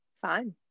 fine